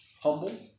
humble